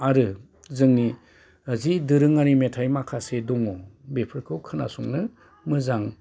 आरो जोंनि जि दोरोङारि मेथाइ माखासे दङ बेफोरखौ खोनासंनो मोजां